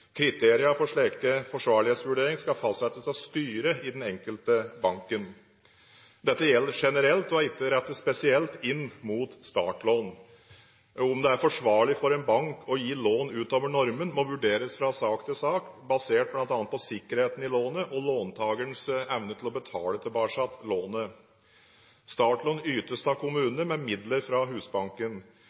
for slike forsvarlighetsvurderinger skal fastsettes av styret i den enkelte bank. Dette gjelder generelt og er ikke rettet spesielt inn mot startlån. Om det er forsvarlig for en bank å gi lån utover normen, må vurderes fra sak til sak, basert bl.a. på sikkerheten i lånet og låntakerens evne til å betale tilbake lånet. Startlån ytes av kommunene med midler fra Husbanken.